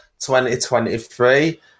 2023